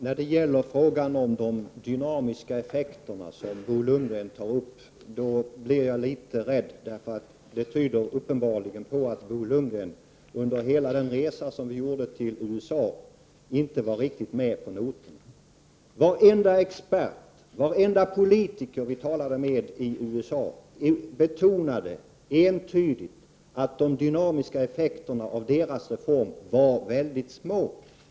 Fru talman! När Bo Lundgren tar upp de dynamiska effekterna blir jag litet rädd. Det tyder på att Bo Lundgren under hela den resa skatteutskottet gjorde till USA inte var riktigt med på noterna. Varenda expert, varenda politiker vi talade med i USA betonade entydigt att de dynamiska effekterna av deras reform var mycket små.